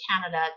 canada